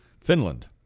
Finland